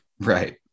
Right